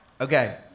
Okay